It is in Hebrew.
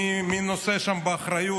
מי נושא שם באחריות?